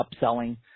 upselling